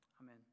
Amen